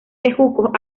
bejucos